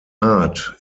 art